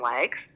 legs